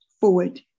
forward